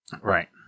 Right